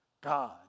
God